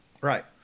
Right